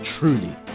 truly